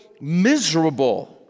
miserable